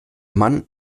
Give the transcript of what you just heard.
mann